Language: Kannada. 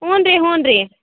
ಹ್ಞೂ ರೀ ಹ್ಞೂ ರೀ